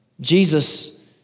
Jesus